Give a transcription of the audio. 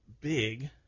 big